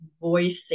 voicing